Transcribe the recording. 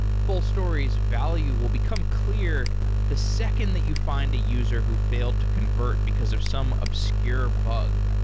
full story's value will become clear the second that you find a user who failed to convert because of some obscure bug.